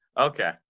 okay